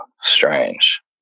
strange